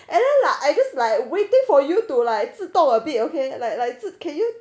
and then like I just waiting for you to like 自动 a bit okay like like 自 can you like like